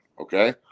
Okay